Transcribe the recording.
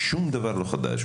שום דבר לא חדש,